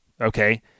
okay